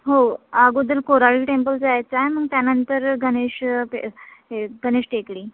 हो अगोदर कोराडी टेंपल जायचं आहे मग त्यानंतर गणेश ते हे गणेश टेकडी